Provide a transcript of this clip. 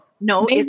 no